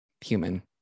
human